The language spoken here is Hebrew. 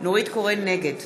נגד